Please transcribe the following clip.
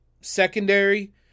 secondary